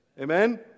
Amen